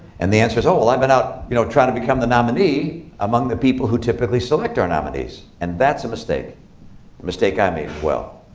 and the answer is, oh, well, i've been out you know trying to become the nominee among the people who typically select our nominees. and that's a mistake. a mistake i made well,